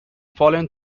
fallen